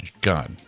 God